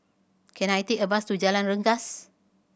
can I take a bus to Jalan Rengas